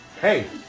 Hey